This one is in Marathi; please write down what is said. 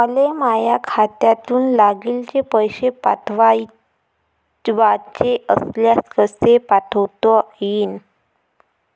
मले माह्या खात्यातून लागलीच पैसे पाठवाचे असल्यास कसे पाठोता यीन?